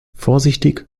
vorsichtig